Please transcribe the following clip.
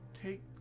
take